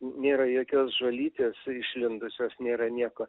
nėra jokios žolytės išlindusios nėra nieko